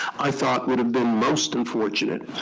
i thought would have been most unfortunate.